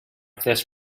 this